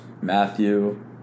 matthew